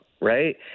right